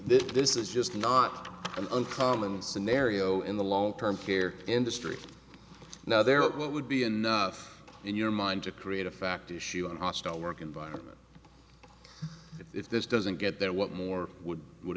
this is just not an uncommon scenario in the long term care industry now there would be enough in your mind to create a fact issue and hostile work environment if this doesn't get there what more would would